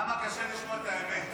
למה קשה לשמוע את האמת?